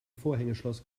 vorhängeschloss